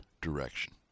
direction